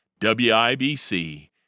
WIBC